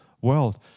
world